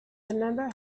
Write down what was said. remember